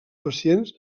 pacients